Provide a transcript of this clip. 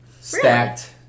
stacked